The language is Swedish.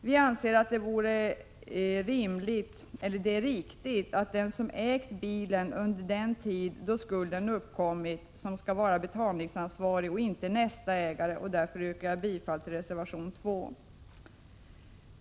Vi anser att det är riktigt att den som ägt bilen under den tid då skulden uppkommit skall vara betalningsansvarig och inte nästa ägare, och därför yrkar jag bifall till reservation 2.